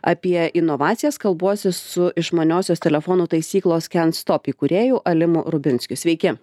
apie inovacijas kalbuosi su išmaniosios telefonų taisyklos kent stop įkūrėjų alimu rubinskiu sveiki